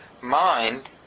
mind